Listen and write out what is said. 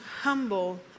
humble